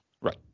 right